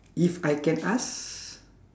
if I can ask